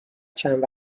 چند